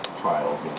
trials